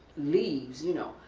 leaves, you know.